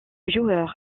joueur